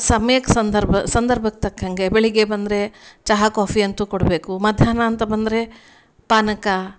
ಸಮಯಕ್ಕೆ ಸಂದರ್ಭ ಸಂದರ್ಭಕ್ಕೆ ತಕ್ಕಂತೆ ಬೆಳಿಗ್ಗೆ ಬಂದರೆ ಚಹಾ ಕಾಫಿ ಅಂತೂ ಕೊಡಬೇಕು ಮಧ್ಯಾಹ್ನ ಅಂತ ಬಂದರೆ ಪಾನಕ